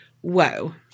whoa